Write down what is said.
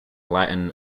latin